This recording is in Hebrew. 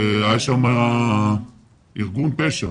היה שם ארגון פשע.